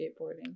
skateboarding